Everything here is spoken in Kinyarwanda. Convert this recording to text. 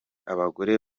abagore